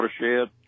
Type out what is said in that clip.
watershed